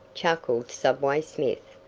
chuckled subway smith.